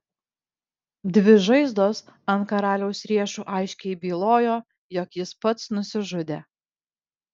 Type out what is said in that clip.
dvi žaizdos ant karaliaus riešų aiškiai bylojo jog jis pats nusižudė